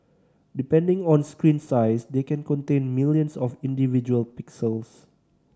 depending on screen size they can contain millions of individual pixels